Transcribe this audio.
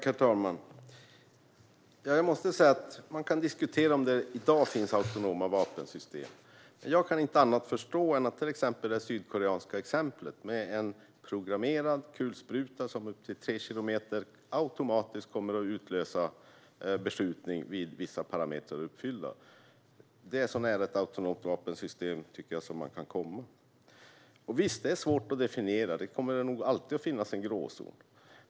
Herr talman! Man kan diskutera om det i dag finns autonoma vapensystem. Men jag kan inte annat förstå än att till exempel det sydkoreanska exemplet, med en programmerad kulspruta som upp till tre kilometer automatiskt kommer att utlösa beskjutning när vissa parametrar är uppfyllda, är så nära ett autonomt vapensystem som man kan komma. Visst, det är svårt att definiera, och det kommer nog alltid att finnas en gråzon.